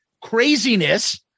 craziness